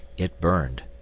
it burned.